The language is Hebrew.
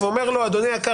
הוא אומר לו: אדוני היקר,